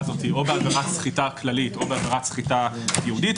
הזאת או בעבירת סחיטה כללית או בעבירת סחיטה ייעודית,